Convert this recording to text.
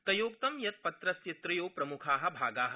तयोक्तं यत् पत्रस्य त्रयो प्रमुखा भागा